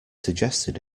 suggested